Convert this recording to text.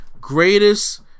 greatest